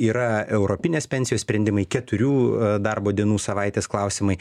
yra europinės pensijos sprendimai keturių darbo dienų savaitės klausimai